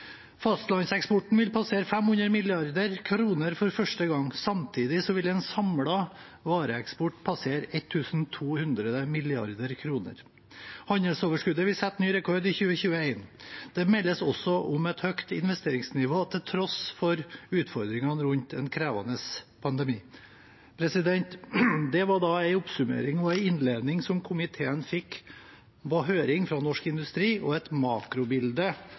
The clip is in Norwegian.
Fastlandseksporten vil passere 500 mrd. kr for første gang. Samtidig vil en samlet vareeksport passere 1 200 mrd. kr. Handelsoverskuddet vil sette ny rekord i 2021. Det meldes også om et høyt investeringsnivå til tross for utfordringene i forbindelse med en krevende pandemi. Dette var en oppsummering og innledning som komiteen fikk på høring med Norsk Industri, og det var et makrobilde